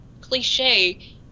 cliche